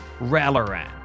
Ralloran